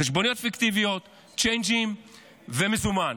חשבוניות פיקטיביות, צ'יינג'ים ומזומן,